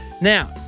now